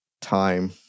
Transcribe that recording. time